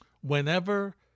whenever –